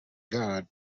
god